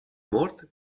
mort